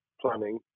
planning